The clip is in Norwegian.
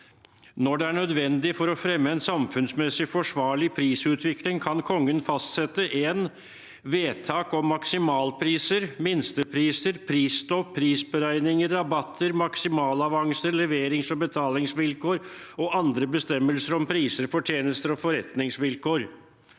«Når det er nødvendig for å fremme en samfunnsmessig forsvarlig prisutvikling, kan Kongen fastsette: 1. vedtak om maksimalpriser, minstepriser, prisstopp, prisberegninger, rabatter, maksimalavanser, leverings- og betalingsvilkår og andre bestemmelser om priser, fortjenester og forretningsvilkår.»